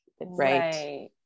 right